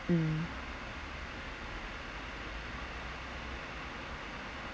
mm